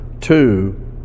two